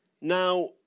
Now